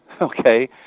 okay